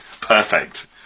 Perfect